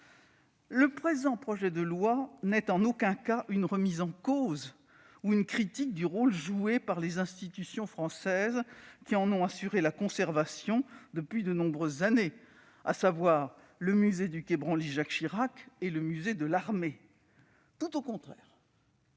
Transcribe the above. Le présent projet de loi n'est en aucun cas une remise en cause ou une critique du rôle joué par les institutions françaises qui ont assuré la conservation de ces oeuvres depuis de nombreuses années, à savoir le musée du quai Branly-Jacques Chirac et le musée de l'Armée- tout au contraire.